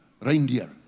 reindeer